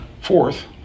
Fourth